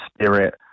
spirit